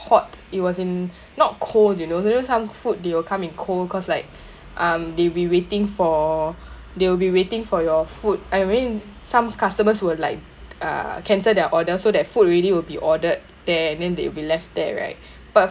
hot it was in not cold you know you know some food they will come in cold cause like um they be waiting for they will be waiting for your food I mean some customers will like uh cancel their order so that food already will be ordered there and then they will be left there right but